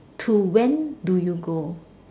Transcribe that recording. to when do you go